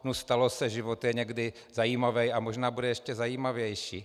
Nu, stalo se, život je někdy zajímavý a možná bude ještě zajímavější.